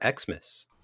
Xmas